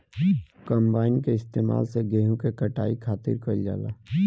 combine के इस्तेमाल से गेहूँ के कटाई खातिर कईल जाला